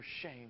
shame